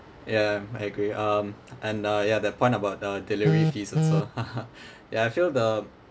ya I agree um and uh ya that point about the delivery fees also ya I feel the